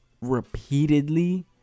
repeatedly